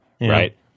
right